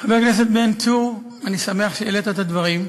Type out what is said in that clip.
חבר הכנסת בן צור, אני שמח שהעלית את הדברים.